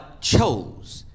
chose